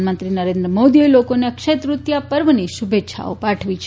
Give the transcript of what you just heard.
પ્રધાનમંત્રી નરેન્દ્ર મોદીએ લોકોને અક્ષય તૃતિયાની પર્વની શુભેચ્છાઓ પાઠવી છે